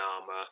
armor